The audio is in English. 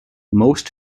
most